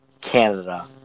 Canada